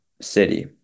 city